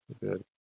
Good